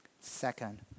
Second